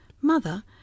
mother